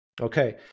Okay